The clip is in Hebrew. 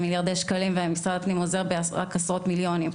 מיליארדי שקלים ומשרד הפנים עוזר רק בעשרות מיליונים.